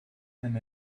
and